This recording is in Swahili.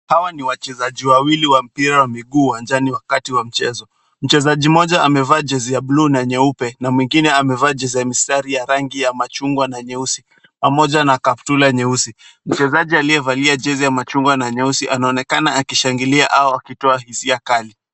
Hawa ni wachezaji wawili wa mpira wa miguu uwanjani wakati wa mchezo. Mchezaji mmoja amevaa jezi ya bluu na nyeupe na mwingine amevaa jezi ya mistari ya rangi ya machungwa na nyeusi pamoja na kaptura nyeusi. Mchezaji aliyevalia jezi ya machungwa na nyeusi anaonekana akishangilia au akitoa hisia kali.